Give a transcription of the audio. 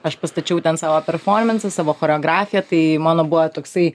aš pastačiau ten savo performansą savo choreografiją tai mano buvo toksai